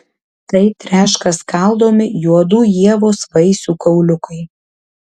tai treška skaldomi juodų ievos vaisių kauliukai